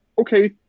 okay